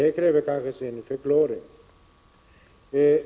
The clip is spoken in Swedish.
Här krävs det en förklaring.